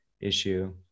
issue